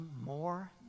more